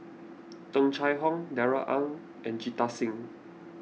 Tung Chye Hong Darrell Ang and Jita Singh